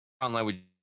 online